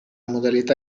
modalità